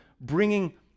bringing